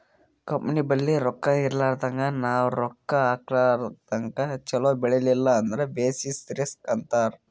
company ಬಲ್ಲಿ ರೊಕ್ಕಾ ಇರ್ಲಾರ್ದಾಗ್ ನಾವ್ ರೊಕ್ಕಾ ಹಾಕದಾಗ್ ಛಲೋ ಬೆಳಿಲಿಲ್ಲ ಅಂದುರ್ ಬೆಸಿಸ್ ರಿಸ್ಕ್ ಅಂತಾರ್